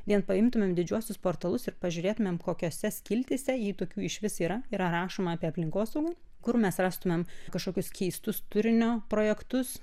vien paimtumėm didžiuosius portalus ir pažiūrėtumėm kokiose skiltyse jei tokių išvis yra yra rašoma apie aplinkosaugą kur mes rastumėm kažkokius keistus turinio projektus